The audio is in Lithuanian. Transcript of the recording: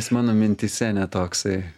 jis mano mintyse ne toksai